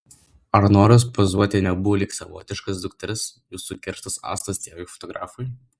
ar noras pozuoti nebuvo lyg savotiškas dukters jūsų kerštas astos tėvui fotografui